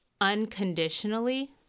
unconditionally